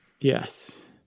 Yes